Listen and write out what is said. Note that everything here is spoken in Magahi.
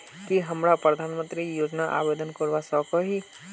की हमरा प्रधानमंत्री योजना आवेदन करवा सकोही?